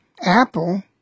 Apple